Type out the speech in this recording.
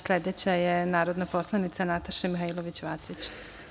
Sledeća je narodna poslanica Nataša Mihailović Vacić.